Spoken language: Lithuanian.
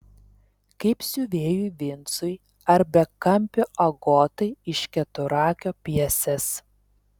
kaip siuvėjui vincui ar bekampio agotai iš keturakio pjesės